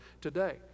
today